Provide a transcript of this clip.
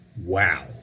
Wow